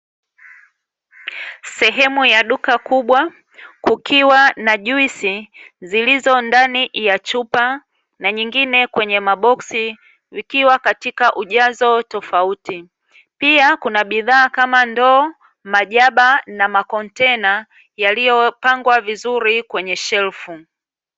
Sehemu ya duka kubwa kukiwa na juisi zilizo ndani ya chupa, na nyingine kwenye maboksi zikiwa katika ujazo tofauti. Pia, kuna bidhaa kama ndoo, majaba, na makontena yaliyopangwa vizuri kwenye shelfu.